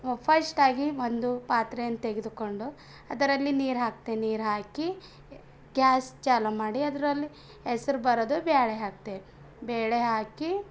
ಫಶ್ಟಾಗಿ ಒಂದು ಪಾತ್ರೆಯನ್ನು ತೆಗೆದುಕೊಂಡು ಅದರಲ್ಲಿ ನೀರು ಹಾಕ್ತೀನಿ ನೀರು ಹಾಕಿ ಗ್ಯಾಸ್ ಚಾಲೂ ಮಾಡಿ ಅದರಲ್ಲಿ ಹೆಸರು ಬರದು ಬೇಳೆ ಹಾಕ್ತೀನಿ ಬೇಳೆ ಹಾಕಿ